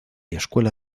escuela